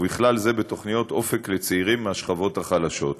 ובכלל זה בתוכניות אופק לצעירים מהשכבות החלשות.